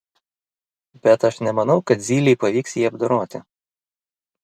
bet aš nemanau kad zylei pavyks jį apdoroti